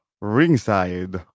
Ringside